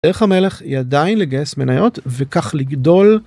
איך המלך ידי אם לגייס מניות וכך לגדול.